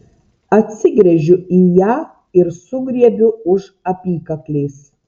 atsigręžiu į ją ir sugriebiu už apykaklės